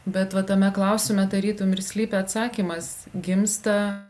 bet va tame klausime tarytum ir slypi atsakymas gimsta